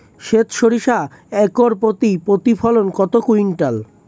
সেত সরিষা একর প্রতি প্রতিফলন কত কুইন্টাল?